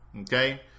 Okay